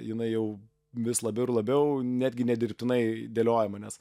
jinai jau vis labiau ir labiau netgi nedirbtinai dėliojama nes